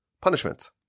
punishment